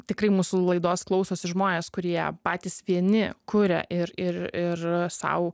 tikrai mūsų laidos klausosi žmonės kurie patys vieni kuria ir ir ir sau